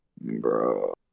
Bro